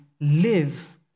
live